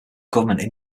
government